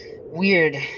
weird